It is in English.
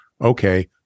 Okay